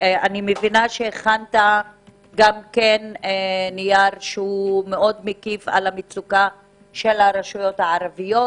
אני מבינה שהכנת גם נייר שהוא מאד מקיף על המצוקה של הרשויות הערביות.